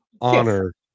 honor